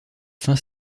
fins